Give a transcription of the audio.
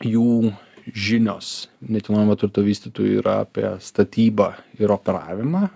jų žinios nekilnojamo turto vystytojų yra apie statybą ir operavimą